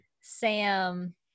Sam